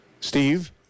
Steve